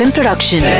Production